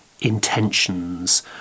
intentions